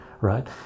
right